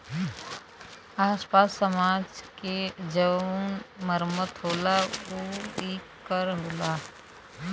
आस पास समाज के जउन मरम्मत होला ऊ ए कर होला